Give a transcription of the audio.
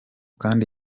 kandi